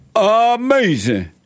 amazing